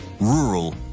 rural